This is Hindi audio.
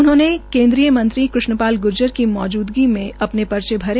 उन्होंने केन्द्रीय मंत्री कृष्ण पाल ग्र्जर की मौजूदगी मे अपने पर्चे भरे